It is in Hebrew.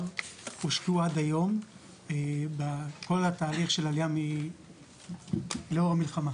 הושקעו עד היום בכל התהליך של העלייה לאור המלחמה.